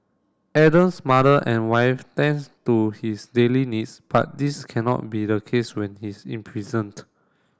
Adam's mother and wife tends to his daily needs but this cannot be the case when he is imprisoned